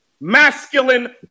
masculine